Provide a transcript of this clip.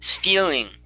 Stealing